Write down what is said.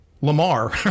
Lamar